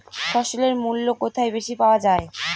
ফসলের মূল্য কোথায় বেশি পাওয়া যায়?